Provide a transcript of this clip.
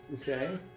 Okay